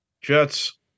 Jets